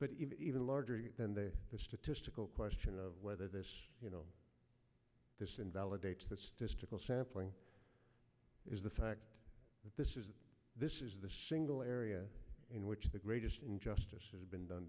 but even larger than the statistical question of whether this you know this invalidates the statistical sampling is the fact that this is this is the single area in which the greatest injustice has been done